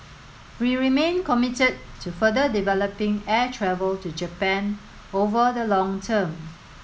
we remain committed to further developing air travel to Japan over the long term